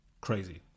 Crazy